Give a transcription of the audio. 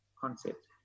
concept